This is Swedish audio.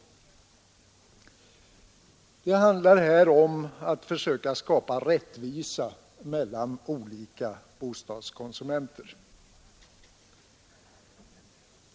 Det handlar här om att försöka skapa rättvisa mellan olika bostadskonsumenter.